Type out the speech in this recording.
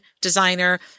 designer